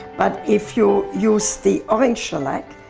but if you use the orange shellac,